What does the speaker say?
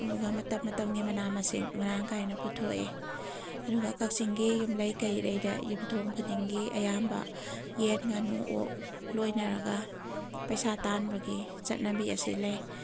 ꯑꯗꯨꯒ ꯃꯇꯝ ꯃꯇꯝꯒꯤ ꯃꯅꯥ ꯃꯁꯤꯡ ꯃꯔꯥꯡ ꯀꯥꯏꯅ ꯄꯨꯊꯣꯛꯏ ꯑꯗꯨꯒ ꯀꯛꯆꯤꯡꯒꯤ ꯌꯨꯝꯂꯩ ꯀꯩꯔꯩꯗ ꯌꯨꯝꯊꯣꯡ ꯈꯨꯗꯤꯡꯒꯤ ꯑꯌꯥꯝꯕ ꯌꯦꯟ ꯉꯥꯅꯨ ꯑꯣꯛ ꯂꯣꯏꯅꯔꯒ ꯄꯩꯁꯥ ꯇꯥꯟꯕꯒꯤ ꯆꯠꯅꯕꯤ ꯑꯁꯤ ꯂꯩ